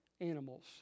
animals